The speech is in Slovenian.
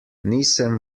nisem